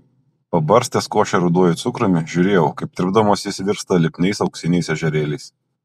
pabarstęs košę ruduoju cukrumi žiūrėjau kaip tirpdamas jis virsta lipniais auksiniais ežerėliais